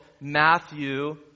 Matthew